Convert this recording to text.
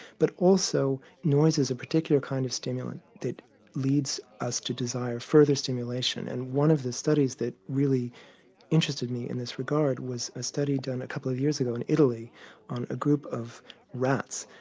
but also noise is a particular kind of stimulant, it leads us to desire further stimulation. and one of the studies that really interested me in this regard was a study done a couple of years ago in italy on a group of rats.